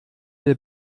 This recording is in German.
der